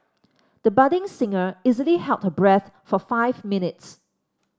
the budding singer easily held her breath for five minutes